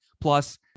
plus